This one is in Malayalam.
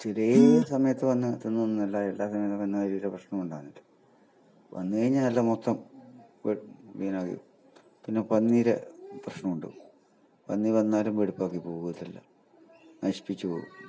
തീരേ സമയത്ത് വന്ന് തിന്ന് തിന്ന് അല്ല എല്ലാ സമയത്തും കന്നുകാലിയുടെ പ്രശ്നം ഉണ്ടാകുന്നുണ്ട് വന്നു കഴിഞ്ഞാൽ മൊത്തം വെട്ടി ക്ലീൻ ആക്കി പിന്നെ പന്നീരെ പ്രശ്നം ഉണ്ട് പന്നി വന്നാലും വെടുപ്പാക്കി പോകത്തില്ല നശിപ്പിച്ച് പോകും